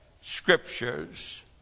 scriptures